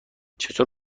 چطور